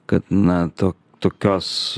kad na tu tokios